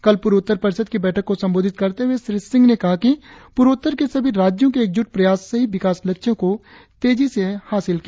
कल पूर्वोत्तर परिषद की बैठक को संबोधित करते हुए श्री सिंह ने कहा कि पूर्वोत्तर के सभी राज्यों के एकजुट प्रयास से ही विकास लक्ष्यों को तेजी से हासिल किया